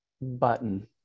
button